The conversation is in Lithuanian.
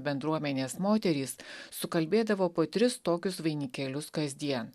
bendruomenės moterys sukalbėdavo po tris tokius vainikėlius kasdien